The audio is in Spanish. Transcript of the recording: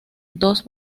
dos